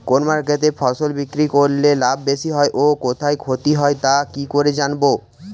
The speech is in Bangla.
কোন মার্কেটে ফসল বিক্রি করলে লাভ বেশি হয় ও কোথায় ক্ষতি হয় তা কি করে জানবো?